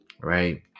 right